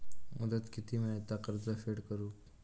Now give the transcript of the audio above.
मुदत किती मेळता कर्ज फेड करून?